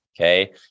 okay